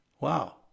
Wow